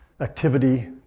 activity